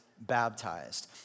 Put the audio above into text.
baptized